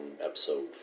Episode